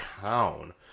town